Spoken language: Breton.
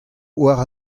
war